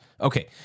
Okay